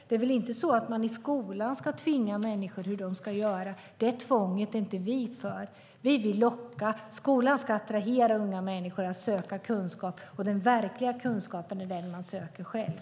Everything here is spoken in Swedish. Det är väl inte så att skolan ska tvinga människor och bestämma hur de ska göra. Det tvånget är inte vi för. Vi vill locka dem. Skolan ska attrahera unga människor att söka kunskap, för den verkliga kunskapen är den man söker själv.